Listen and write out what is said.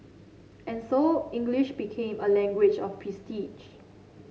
and so English became a language of prestige